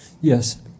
Yes